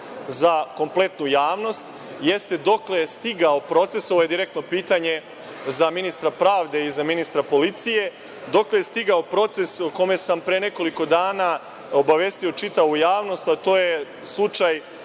za kompletnu javnost, jeste dokle je stigao proces, ovo je direktno pitanje za ministra pravde i za ministra policije, dokle je stigao proces o kome sam pre nekoliko dana obavestio čitavu javnost, a to je slučaj